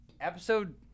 episode